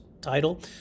title